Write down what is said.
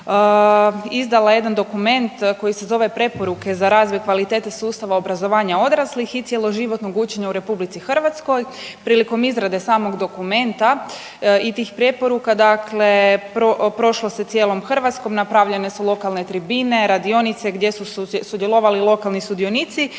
izdala jedan dokument koji se zove „Preporuke za razvoj kvalitete sustava obrazovanja odraslih i cjeloživotnog učenja u RH“. Prilikom izrade samog dokumenta i tih preporuka dakle prošlo se cijelom Hrvatskom, napravljene su lokalne tribine i radionice gdje su sudjelovali lokalni sudionici